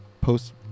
post